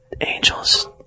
angels